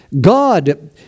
God